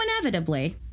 inevitably